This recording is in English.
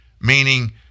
Meaning